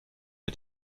mit